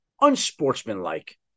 unsportsmanlike